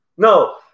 No